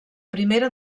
primera